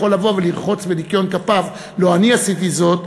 שהרי כל אחד יכול לבוא ולרחוץ בניקיון כפיו: לא אני עשיתי זאת.